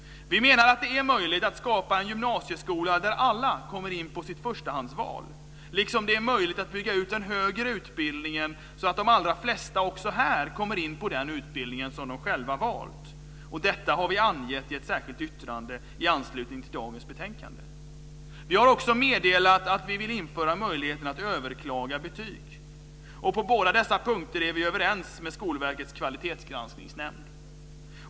Vi menar att det är möjligt att skapa en gymnasieskola där alla kommer in på sitt förstahandsval, liksom det är möjligt att bygga ut den högre utbildningen så att de allra flesta också här kommer in på den utbildning de själva valt. Detta har vi angett i ett särskilt yttrande i anslutning till dagens betänkande. Vi har också meddelat att vi vill införa möjligheten att överklaga betyg. På båda dessa punkter är vi överens med Skolverkets kvalitetsgranskningsnämnd.